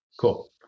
Cool